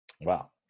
Wow